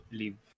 leave